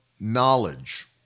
knowledge